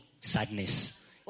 sadness